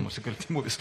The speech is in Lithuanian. nusikaltimų vis